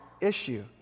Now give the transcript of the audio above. issue